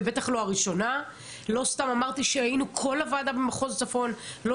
ולא סתם אמרתי שכל הוועדה הייתה במחוז צפון ולא